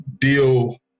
deal